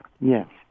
Yes